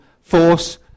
force